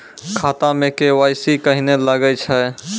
खाता मे के.वाई.सी कहिने लगय छै?